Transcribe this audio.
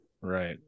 Right